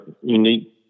unique